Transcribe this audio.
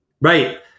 Right